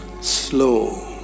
Slow